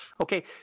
Okay